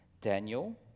Daniel